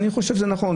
ואני חושב שזה נכון.